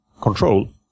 control